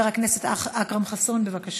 מס' 8469. חבר הכנסת אכרם חסון, בבקשה.